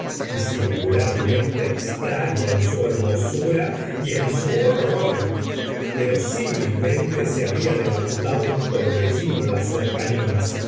y singularmente extraña en su hermosura y en su horror verosímilmente se había levantado un torbellino en las cercanías